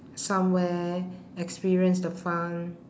somewhere experience the fun